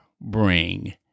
bring